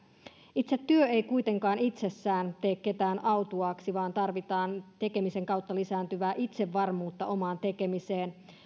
itse työ ei kuitenkaan itsessään tee ketään autuaaksi vaan tarvitaan tekemisen kautta lisääntyvää itsevarmuutta omaan tekemiseensä